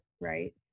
right